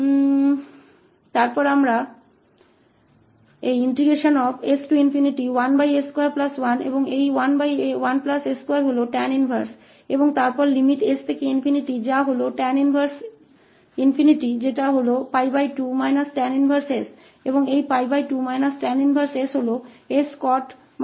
अगला इस इंटीग्रलका लाप्लास रूपांतर 0tune au𝑑uज्ञात करना है